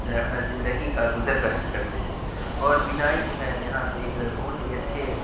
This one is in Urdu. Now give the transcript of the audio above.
جو ہے اپنا زندگی کا گزر بسر کرتے ہیں اور بنائی جو ہے یہاں پہ ایک بہت ہی اچھے